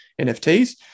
NFTs